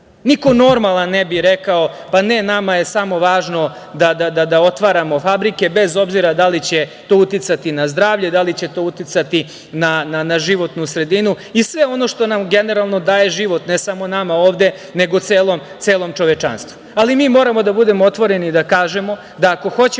Niko normalan ne bi rekao, pa, ne nama je samo važno da otvaramo fabrike, bez obzira da li će to uticati na zdravlje, da li će to uticati na životnu sredinu i sve ono što nam generalno daje život, ne samo nama ovde, nego celom čovečanstvu. Mi moramo da budemo otvoreni i da kažemo da ako hoćemo